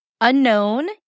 unknown